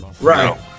Right